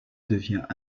devint